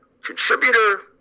contributor